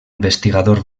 investigador